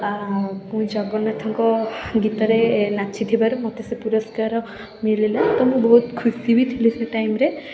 ଆ ମୁଁ ଜଗନ୍ନାଥଙ୍କ ଗୀତରେ ନାଚିଥିବାରୁ ମୋତେ ସେ ପୁରସ୍କାର ମିଳିଲା ତ ମୁଁ ବହୁତ ଖୁସି ବି ଥିଲି ସେ ଟାଇମ୍ରେ